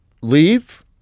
leave